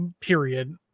period